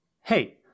Hey